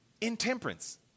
Intemperance